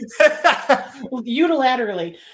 unilaterally